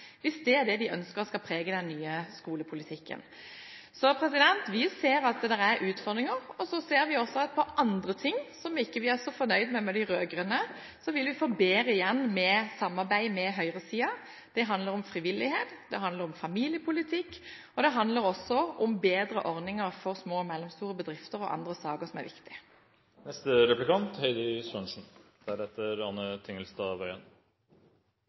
hvis det er det de ønsker skal prege den nye skolepolitikken. Vi ser at det er utfordringer, og så ser vi også at når det gjelder andre ting, som vi ikke er så fornøyd med hos de rød-grønne, vil vi få mer igjen for et samarbeid med høyresiden. Det handler om frivillighet, det handler om familiepolitikk, og det handler også om bedre ordninger for små og mellomstore bedrifter og andre saker som er